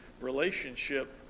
relationship